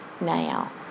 now